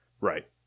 Right